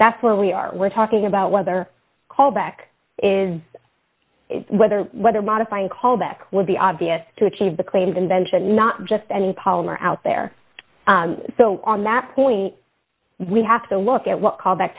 that's where we are we're talking about whether callback is whether whether modifying callback would be obvious to achieve the claimed invention not just any palmer out there so on that point we have to look at what call